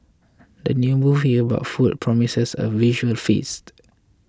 the new movie about food promises a visual feast